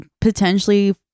potentially